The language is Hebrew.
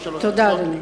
אדוני.